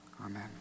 Amen